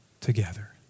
together